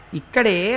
ikade